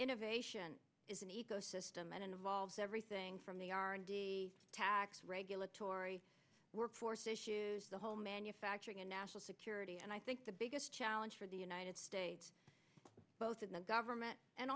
innovation is an ecosystem and involves everything from the tax regulatory workforce the whole manufacturing and national security and i think the biggest challenge for the united states both in the government and